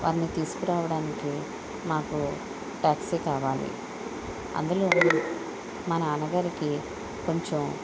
వారిని తీసుకురావడానికి మాకు ట్యాక్సీ కావాలి అందులోనూ మా నాన్నగారికి కొంచెం